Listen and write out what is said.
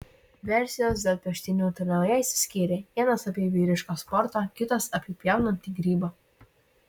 versijos dėl peštynių utenoje išsiskyrė vienas apie vyrišką sportą kitas apie pjaunantį grybą